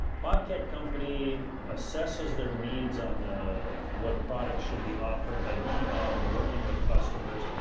bobcat company assesses their needs on what products should be offered by going out and working with customers,